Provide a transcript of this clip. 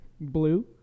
Blue